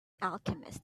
alchemist